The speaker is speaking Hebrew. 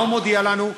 מה הוא מודיע לנו?